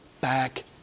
back